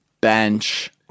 bench